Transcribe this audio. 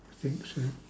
I think so